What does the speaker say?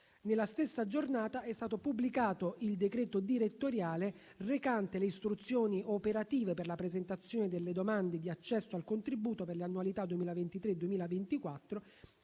Nella stessa giornata è stato pubblicato il decreto direttoriale recante le istruzioni operative per la presentazione delle domande di accesso al contributo per le annualità 2023-2024,